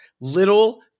Little